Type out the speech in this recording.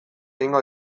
egingo